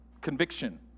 Conviction